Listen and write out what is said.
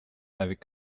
avec